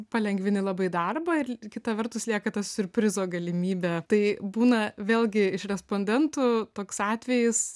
palengvini labai darbą ir kita vertus lieka tas siurprizo galimybė tai būna vėlgi iš respondentų toks atvejis